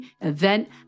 event